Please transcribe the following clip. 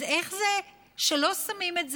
אז איך זה שלא שמים את זה,